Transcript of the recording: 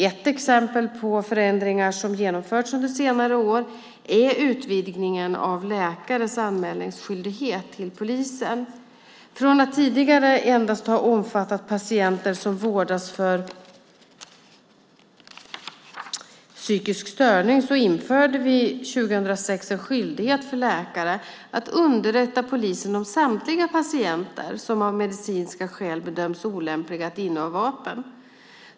Ett exempel på ändringar som genomförts under senare år är utvidgningen av läkares anmälningsskyldighet till polisen. Från att tidigare endast ha omfattat patienter som vårdas för psykisk störning infördes under 2006 en skyldighet för läkare att underrätta polisen om samtliga patienter som av medicinska skäl bedöms vara olämpliga att inneha vapen.